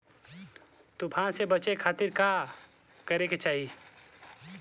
तूफान से बचे खातिर का करे के चाहीं?